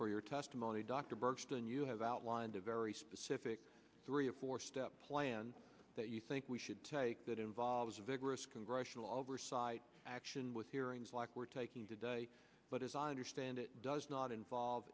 for your testimony dr bernstein you have outlined a very specific three or four step plan that you think we should take that involves vigorous congressional oversight action with hearings like we're taking today but as i understand it does not involve